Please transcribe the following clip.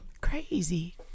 Crazy